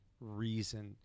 reason